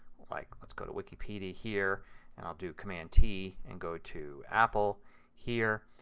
like let's go to wikipedia here and i'll do command t and go to apple here,